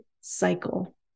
cycle